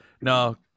No